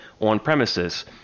on-premises